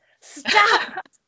stop